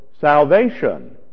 salvation